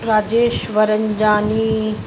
Rajesh Varanjani